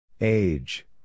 Age